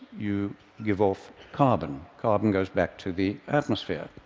you give off carbon. carbon goes back to the atmosphere.